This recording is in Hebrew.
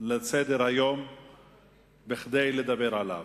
על סדר-היום כדי לדבר עליו.